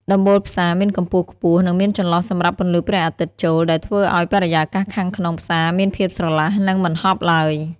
ដំបូលផ្សារមានកម្ពស់ខ្ពស់ និងមានចន្លោះសម្រាប់ពន្លឺព្រះអាទិត្យចូល ដែលធ្វើឱ្យបរិយាកាសខាងក្នុងផ្សារមានភាពស្រឡះ និងមិនហប់ឡើយ។